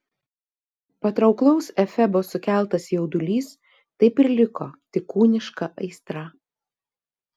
patrauklaus efebo sukeltas jaudulys taip ir liko tik kūniška aistra